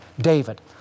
David